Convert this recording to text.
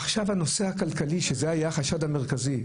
עכשיו הנושא הכלכלי שזה היה החשד המרכזי,